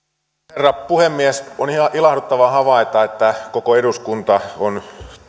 herra puhemies on ilahduttavaa havaita että koko eduskunta on